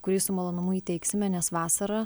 kurį su malonumu įteiksime nes vasara